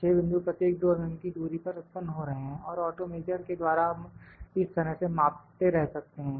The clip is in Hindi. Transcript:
6 बिंदु प्रत्येक 2 mm की दूरी पर उत्पन्न हो रहे हैं और ऑटो मेजर के द्वारा हम इस तरह से मापते रह सकते हैं